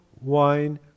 wine